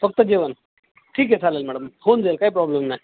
फक्त जेवण ठीक आहे चालेल मॅडम फोन जाईल काय प्रॉब्लेम नाही